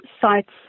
sites